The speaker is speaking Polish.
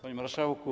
Panie Marszałku!